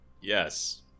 Yes